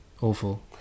Awful